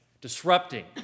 disrupting